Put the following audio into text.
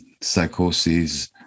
psychosis